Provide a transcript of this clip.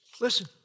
listen